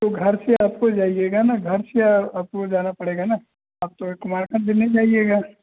तो घर से आपको जाइएगा ना घर से आपको जाना पड़ेगा ना आप तो कुमारखण्ड से नहीं जाइएगा